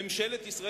ישבתי כאן